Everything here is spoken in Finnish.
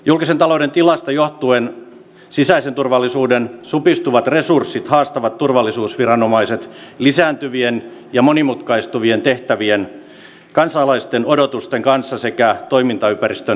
julkisen talouden tilasta johtuen sisäisen turvallisuuden supistuvat resurssit haastavat turvallisuusviranomaiset lisääntyvien ja monimutkaistuvien tehtävien kansalaisten odotusten kanssa sekä toimintaympäristön nopean muutoksen kanssa